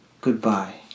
goodbye